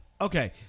Okay